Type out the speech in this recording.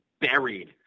buried